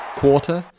quarter